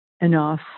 enough